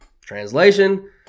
Translation